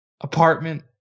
apartment